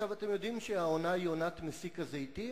אתם יודעים שהעונה היא עונת מסיק הזיתים.